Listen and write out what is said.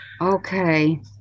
Okay